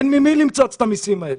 אין ממי למצוץ את המסים האלה.